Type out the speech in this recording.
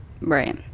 Right